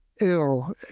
ill